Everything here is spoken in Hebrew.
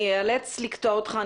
אני איאלץ לקטוע אותך,